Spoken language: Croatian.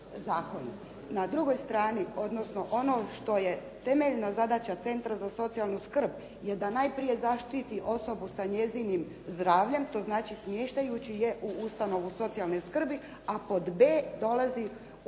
Na drugoj strani, odnosno ono što je temeljna zadaća centra za socijalnu skrb je da najprije zaštiti osobu sa njezinim zdravljem, to znači smještajući je u ustanovu socijalne skrbi, a pod b, dolazi u pitanje